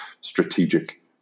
strategic